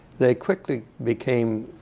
they quickly became,